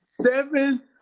Seven